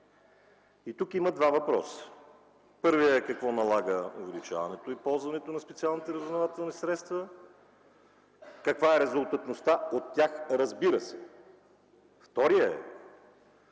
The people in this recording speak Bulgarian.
Тук има два въпроса. Първият е: какво налага увеличаването и ползването на специалните разузнавателни средства? Каква е резултатността от тях, разбира се? Вторият,